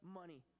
money